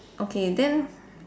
okay then